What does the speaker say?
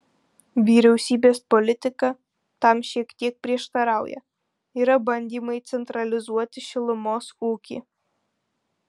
vyriausybės politika tam šiek tiek prieštarauja yra bandymai centralizuoti šilumos ūkį